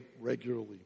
regularly